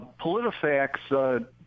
PolitiFacts